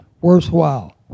worthwhile